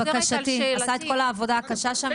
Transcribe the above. עשה את כל העבודה הקשה שם,